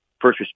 first